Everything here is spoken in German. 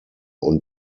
und